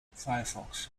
firefox